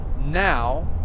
now